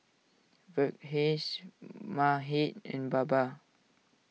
Verghese Mahade and Baba